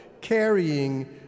carrying